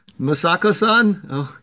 Masako-san